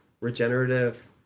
regenerative